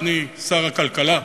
אדוני שר הכלכלה,